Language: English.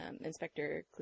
Inspector